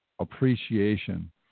appreciation